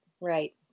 right